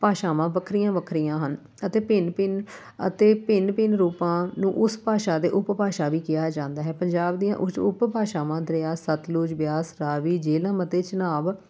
ਭਾਸ਼ਾਵਾਂ ਵੱਖਰੀਆਂ ਵੱਖਰੀਆਂ ਹਨ ਅਤੇ ਭਿੰਨ ਭਿੰਨ ਅਤੇ ਭਿੰਨ ਭਿੰਨ ਰੂਪਾਂ ਨੂੰ ਉਸ ਭਾਸ਼ਾ ਦੇ ਉਪਭਾਸ਼ਾ ਵੀ ਕਿਹਾ ਜਾਂਦਾ ਹੈ ਪੰਜਾਬ ਦੀਆਂ ਉਚ ਉਪ ਭਾਸ਼ਾਵਾਂ ਦਰਿਆ ਸਤਲੁਜ ਬਿਆਸ ਰਾਵੀ ਜੇਹਲਮ ਅਤੇ ਝਨਾਬ